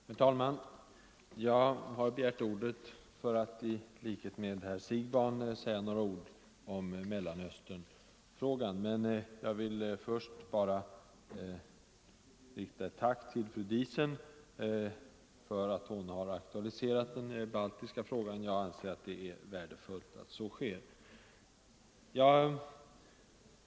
Herr talman! Jag har begärt ordet för att i likhet med herr Siegbahn säga några ord om Mellanösternfrågan, men jag vill börja med att tacka fru Diesen för att hon aktualiserade den baltiska frågan. Den får inte glömmas bort.